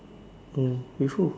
hmm with who